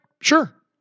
Sure